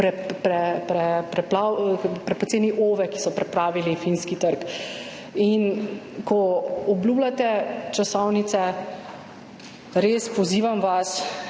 prepoceni OVE, ki so preplavili finski trg. In ko obljubljate časovnice, vas res pozivam,